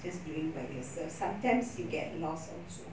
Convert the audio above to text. just doing by yourself sometimes you get lost also